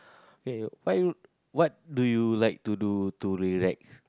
ya ya why do you what do you do to relax